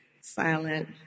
silent